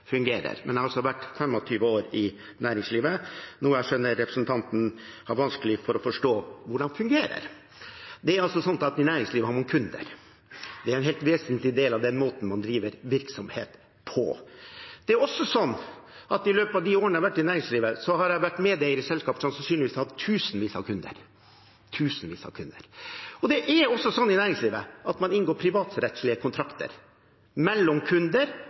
fungerer. Jeg har vært 25 år i næringslivet, noe jeg skjønner representanten altså har vanskelig for å forstå hvordan fungerer. Det er slik at i næringslivet har man kunder, det er en helt vesentlig del av den måten man driver virksomhet på. Det er også slik at jeg i løpet av de årene jeg har vært i næringslivet, har vært medeier i selskaper som sannsynligvis har hatt tusenvis av kunder – tusenvis av kunder. Det er også slik i næringslivet at man inngår privatrettslige kontrakter mellom kunder